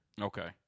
Okay